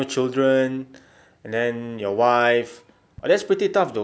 know children and then your wife that's pretty tough though